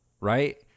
Right